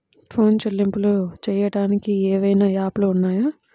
Phone చెల్లింపులు చెయ్యటానికి ఏవైనా యాప్లు ఉన్నాయా?